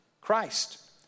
Christ